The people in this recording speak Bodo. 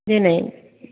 देनाय